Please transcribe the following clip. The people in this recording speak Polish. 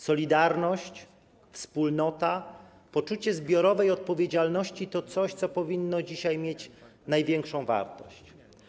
Solidarność, wspólnota, poczucie zbiorowej odpowiedzialności to coś, co powinno dzisiaj mieć największą wartość.